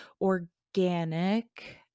organic